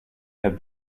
have